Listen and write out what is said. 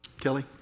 Kelly